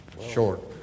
Short